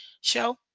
show